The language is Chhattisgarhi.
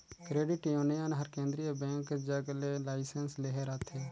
क्रेडिट यूनियन हर केंद्रीय बेंक जग ले लाइसेंस लेहे रहथे